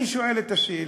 אני שואל את השאלה: